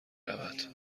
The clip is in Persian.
رود